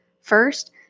First